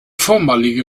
vormalige